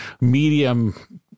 medium